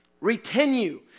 Retinue